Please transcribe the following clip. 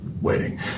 waiting